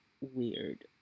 weird